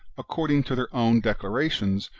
according to their own declarations,